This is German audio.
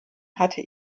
hatte